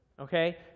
Okay